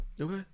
okay